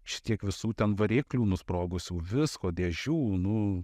šitiek visų ten variklių nusprogusių visko dėžių nu